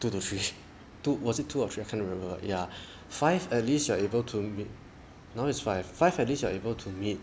two to three two was it two or three I can't remember but ya five at least you are able to meet now its five five at least you are able to meet